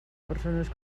persones